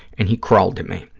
and he crawled to me.